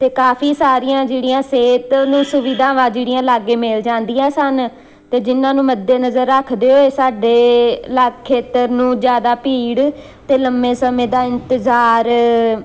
ਅਤੇ ਕਾਫੀ ਸਾਰੀਆਂ ਜਿਹੜੀਆਂ ਸਿਹਤ ਨੂੰ ਸੁਵਿਧਾਵਾਂ ਜਿਹੜੀਆਂ ਲਾਗੇ ਮਿਲ ਜਾਂਦੀਆਂ ਸਨ ਅਤੇ ਜਿਨ੍ਹਾਂ ਨੂੰ ਮੱਦੇ ਨਜ਼ਰ ਰੱਖਦੇ ਹੋਏ ਸਾਡੇ ਲੱਖ ਖੇਤਰ ਨੂੰ ਜ਼ਿਆਦਾ ਭੀੜ ਅਤੇ ਲੰਮੇ ਸਮੇਂ ਦਾ ਇੰਤਜ਼ਾਰ